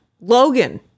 Logan